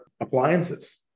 appliances